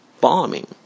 bombing